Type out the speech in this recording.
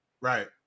Right